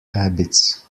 habits